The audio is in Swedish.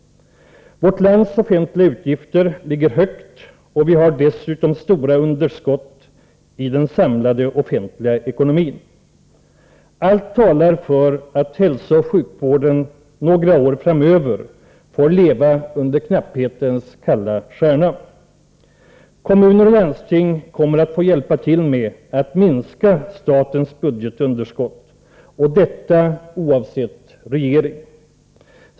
Vårt lands offentliga utgifter ligger högt och vi har dessutom stora underskott i den samlade offentliga ekonomin. Allt talar för att hälsooch sjukvården några år framöver får leva under knapphetens kalla stjärna. Kommuner och landsting kommer att få hjälpa till med att minska statens budgetunderskott — oavsett regering.